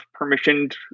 permissioned